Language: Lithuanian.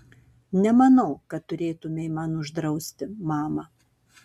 nemanau kad turėtumei man uždrausti mama